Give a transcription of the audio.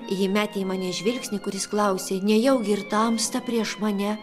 ji metė į mane žvilgsnį kuris klausė nejaugi ir tamsta prieš mane